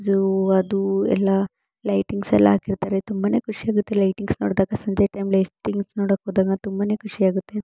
zoo ಅದು ಎಲ್ಲ lightings ಎಲ್ಲ ಹಾಕಿರ್ತಾರೆ ತುಂಬನೇ ಖುಷಿಯಾಗುತ್ತೆ ಲೈಟಿಂಗ್ಸ್ ನೋಡ್ದಾಗ ಸಂಜೆ ಟೈಮ್ಲಿ ಲೈಟಿಂಗ್ಸ್ ನೋಡೋಕ್ಕೆ ಹೋದಾಗ ತುಂಬನೇ ಖುಷಿಯಾಗುತ್ತೆ